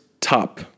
top